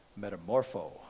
Metamorpho